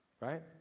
Right